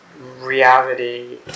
reality